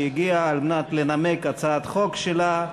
שהגיעה על מנת לנמק הצעת חוק שלה.